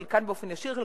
חלקן באופן ישיר,